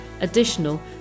additional